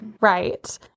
Right